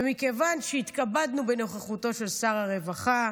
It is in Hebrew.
ומכיוון שהתכבדנו בנוכחותו של שר הרווחה,